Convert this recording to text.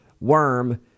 Worm